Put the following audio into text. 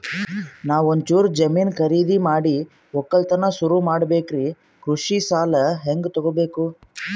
ನಾ ಒಂಚೂರು ಜಮೀನ ಖರೀದಿದ ಮಾಡಿ ಒಕ್ಕಲತನ ಸುರು ಮಾಡ ಬೇಕ್ರಿ, ಕೃಷಿ ಸಾಲ ಹಂಗ ತೊಗೊಬೇಕು?